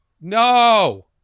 no